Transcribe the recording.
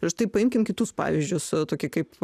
štai paimkim kitus pavyzdžius e tokie kaip